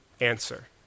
answer